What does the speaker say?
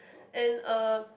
and uh